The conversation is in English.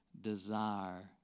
desire